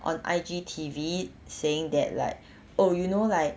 on I_G_T_V saying that like oh you know like